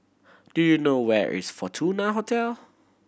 do you know where is Fortuna Hotel